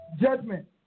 Judgment